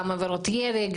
גם עבירות ירי,